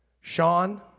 Sean